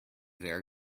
there